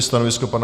Stanovisko pana...